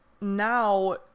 now